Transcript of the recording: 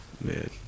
Man